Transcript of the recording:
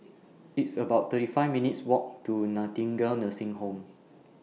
It's about thirty five minutes' Walk to Nightingale Nursing Home